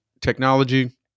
technology